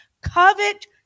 covet